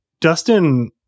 Dustin